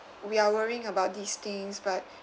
we are worrying about these things but